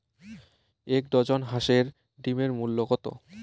এক ডজন হাঁসের ডিমের মূল্য কত?